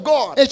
God